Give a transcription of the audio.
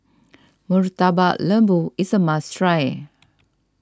Murtabak Lembu is a must try